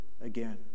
again